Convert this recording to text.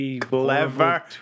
clever